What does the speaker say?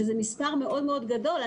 וזה מספר מאוד מאוד גדול.